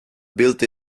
built